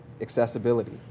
accessibility